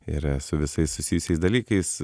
ir su visais susijusiais dalykais